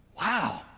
Wow